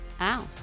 Ow